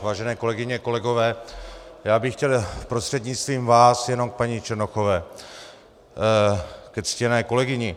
Vážené kolegyně, kolegové, chtěl bych prostřednictvím vás jenom k paní Černochové, ke ctěné kolegyni.